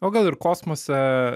o gal ir kosmose